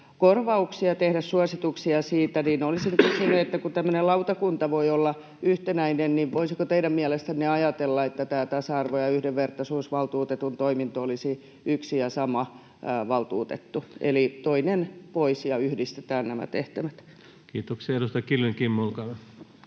korvauksia ja tehdä suosituksia siitä. Olisin kysynyt: kun tämmöinen lautakunta voi olla yhtenäinen, niin voisiko teidän mielestänne ajatella, että tämä tasa-arvo- ja yhdenvertaisuusvaltuutetun toiminto olisi yksi ja sama valtuutettu, eli toinen pois ja yhdistetään nämä tehtävät? Kiitoksia. — Edustaja Kiljunen, Kimmo, olkaa